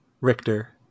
Richter